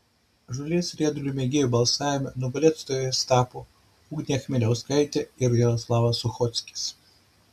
žolės riedulio mėgėjų balsavime nugalėtojais tapo ugnė chmeliauskaitė ir jaroslavas suchockis